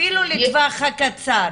אפילו לטווח הקצר.